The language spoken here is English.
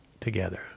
together